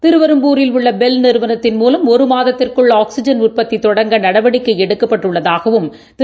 திருவெறும்பூரில் உள்ளபெல் நிறுவனத்தின் மூலம் ஒருமாதத்திற்குள் ஆக்சிஜன் உற்பத்திதொடங்க நடவடிக்கைஎடுக்கப்பட்டுள்ளதாகவும் திரு